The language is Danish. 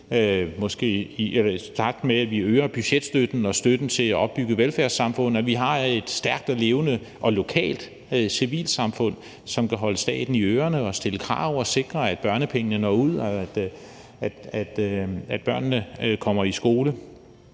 også, i takt med at vi øger budgetstøtten og støtten til at opbygge velfærdssamfund, er et stærkt, levende og lokalt civilsamfund til stede, som kan holde staten i ørerne, stille krav og sikre, at børnepengene når ud, og at børnene kommer i skole.